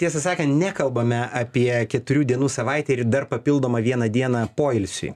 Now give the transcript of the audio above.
tiesą sakan nekalbame apie keturių dienų savaitę ir dar papildomą vieną dieną poilsiui